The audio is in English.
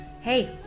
Hey